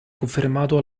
confermato